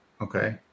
okay